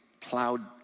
plowed